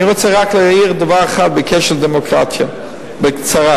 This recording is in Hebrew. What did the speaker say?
אני רוצה רק להעיר דבר אחד בקשר לדמוקרטיה, בקצרה.